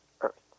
earth